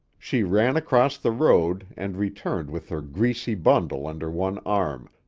she ran across the road and returned with her greasy bundle under one arm,